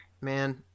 man